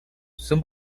son